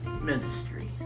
Ministries